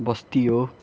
बस्ती हो